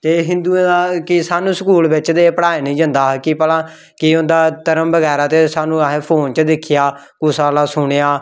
ते हिंदुएं दा केह् सानूं स्कूल बिच्च ते पढ़ाया निं जंदा हा कि भला केह् होंदा धरम बगैरा ते सानूं अहें फोन च दिक्खेआ कुसै कोला सुनेआ